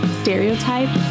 stereotype